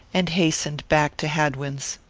and hastened back to hadwin's.